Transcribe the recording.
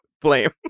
blame